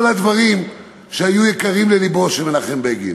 הדברים שהיו יקרים ללבו של מנחם בגין.